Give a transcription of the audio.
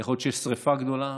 זה יכול להיות כשיש שרפה גדולה,